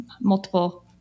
multiple